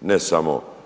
ne samo